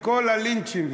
וכל הלינצ'ים,